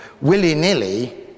willy-nilly